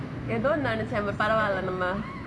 எதோ நெநச்செ:etho nenaiche but பரவால்லே நம்ம: paravaale namma